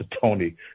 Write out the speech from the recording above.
tony